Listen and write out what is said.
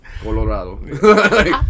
Colorado